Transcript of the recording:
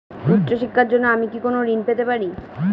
উচ্চশিক্ষার জন্য আমি কি কোনো ঋণ পেতে পারি?